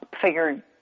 figured